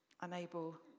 unable